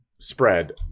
spread